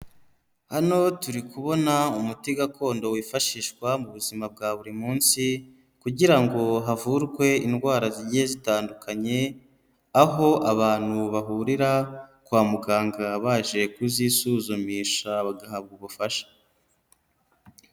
Hano turi kubona umuti gakondo wifashishwa mu buzima bwa buri munsi kugira ngo havurwe indwara zigiye zitandukanye, aho abantu bahurira kwa muganga baje kuzisuzumisha, bagahabwa ubufasha.